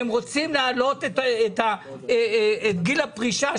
והם רוצים להעלות את גיל הפרישה,